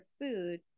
food